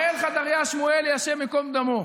בראל חדריה שמואלי, השם ייקום דמו,